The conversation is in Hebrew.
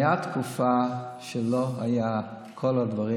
הייתה תקופה שלא היו כל הדברים,